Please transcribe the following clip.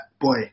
boy